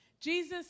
jesus